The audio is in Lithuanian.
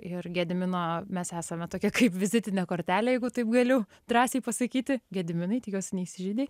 ir gedimino mes esame tokia kaip vizitinė kortelė jeigu taip galiu drąsiai pasakyti gediminai tikiuosi neįsižeidei